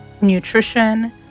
nutrition